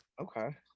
Okay